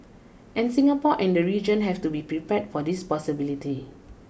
and Singapore and the region have to be prepared for this possibility